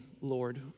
Lord